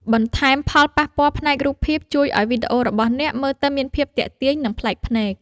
បន្ថែមផលប៉ះពាល់ផ្នែករូបភាពជួយឱ្យវីដេអូរបស់អ្នកមើលទៅមានភាពទាក់ទាញ និង ប្លែកភ្នែក។